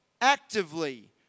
actively